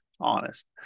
honest